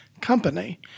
company